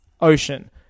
Ocean